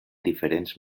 diferents